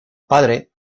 padre